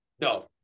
No